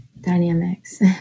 dynamics